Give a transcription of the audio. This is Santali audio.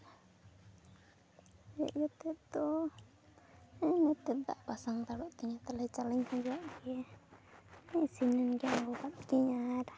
ᱦᱮᱡ ᱠᱟᱛᱮ ᱫᱚ ᱤᱱᱟᱹᱜ ᱛᱮ ᱫᱟᱜ ᱵᱟᱥᱟᱝ ᱦᱟᱛᱟᱲᱚᱜ ᱛᱤᱧᱟᱹ ᱛᱟᱞᱚᱦᱮ ᱪᱟᱹᱣᱞᱮᱧ ᱠᱷᱟᱸᱡᱚᱣᱟᱫ ᱜᱮ ᱤᱥᱤᱱᱮᱱ ᱜᱮ ᱟᱬᱜᱳ ᱠᱟᱫ ᱜᱮᱧ ᱟᱨ